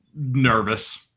Nervous